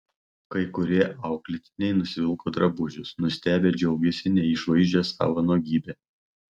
kai kurie auklėtiniai nusivilko drabužius nustebę džiaugėsi neišvaizdžia savo nuogybe